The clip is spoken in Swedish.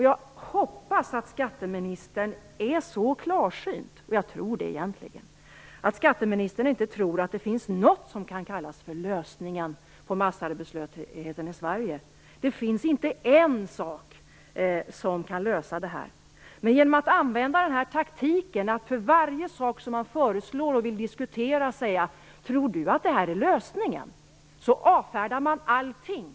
Jag hoppas att skatteministern är så klarsynt - jag tror egentligen det - att han inte tror att det finns något som kan kallas för lösningen på massarbetslösheten i Sverige. Det finns inte en sak som kan lösa det här. Men genom att använda den taktiken att man för varje sak som vi föreslår och vill diskutera, frågar om det är lösningen, avfärdar man allting.